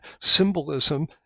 Symbolism